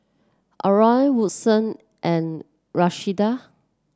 Adron Woodson and Rashida